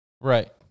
Right